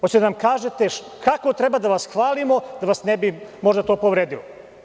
Hoćete li da nam kažete kako treba da vas hvalimo da vas ne bi možda to povredilo?